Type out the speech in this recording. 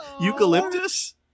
Eucalyptus